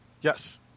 Yes